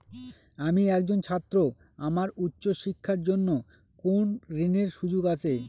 আমি একজন ছাত্র আমার উচ্চ শিক্ষার জন্য কোন ঋণের সুযোগ আছে?